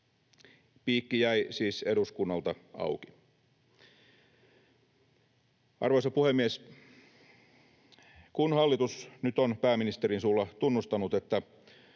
Piikki jäi siis eduskunnalta auki. Arvoisa puhemies! Kun hallitus nyt on pääministerin suulla tunnustanut, että